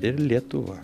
ir lietuva